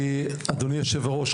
אדוני היושב ראש,